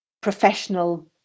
professional